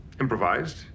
improvised